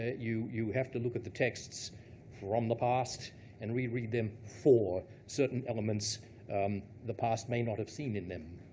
you you have to look at the texts from the past and reread them for certain elements the past may not have seen in them.